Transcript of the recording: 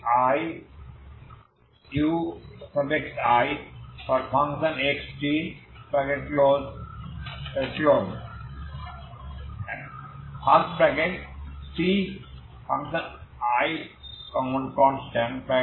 Ci constant